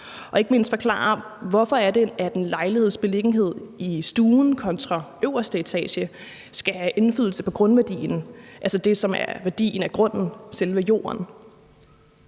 og ikke mindst forklare, hvorfor en lejligheds beliggenhed i stuen kontra øverste etage skal have indflydelse på grundværdien, altså det, som er værdien af grunden og selve jorden.